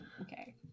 Okay